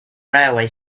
railway